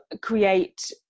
create